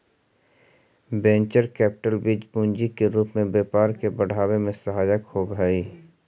venture capital बीज पूंजी के रूप में व्यापार के बढ़ावे में सहायक होवऽ हई